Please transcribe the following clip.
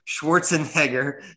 Schwarzenegger